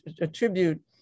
attribute